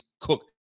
Cook